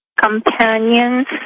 companions